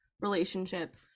relationship